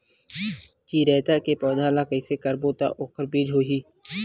चिरैता के पौधा ल कइसे करबो त ओखर बीज होई?